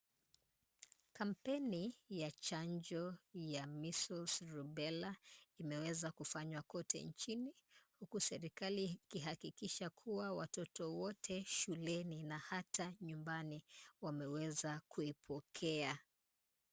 Kampeni ya chanjo ya measles, rubella inaweza kufanya kote nchini. Huku serikali ikihakikisha kuwa watoto wote shuleni na hata nyumbani wameweza kuipokea.